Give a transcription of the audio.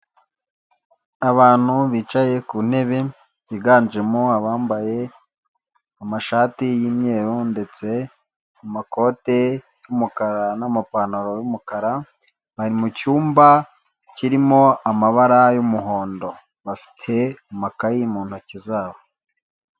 Abantu bicaye ku ntebe, biganjemo abambaye amashati y'imyeru ndetse amakote y'umukara n'amapantaro y'umukara, bari mu cyumba kirimo amabara y'umuhondo bafite amakayi mu ntoki zabo.